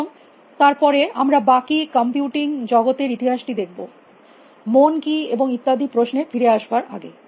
এবং তার পরে আমরা বাকি কম্পিউটিং জগতের ইতিহাসটি দেখব মন কি এবং ইত্যাদি প্রশ্নে ফিরে আসার আগে